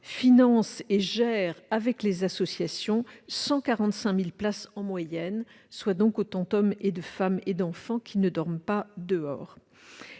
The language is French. finance et gère avec les associations 145 000 places en moyenne, soit autant de femmes, d'hommes et d'enfants qui ne dorment pas dehors.